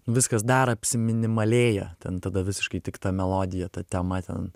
viskas dar apsiminimalėja ten tada visiškai tik ta melodija ta tema ten